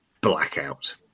Blackout